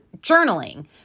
journaling